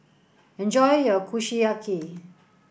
enjoy your Kushiyaki